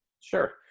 Sure